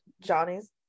Johnny's